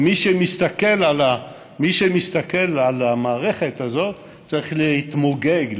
מי שמסתכל על המערכת הזאת צריך להתמוגג,